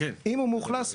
אם הוא מאוכלס,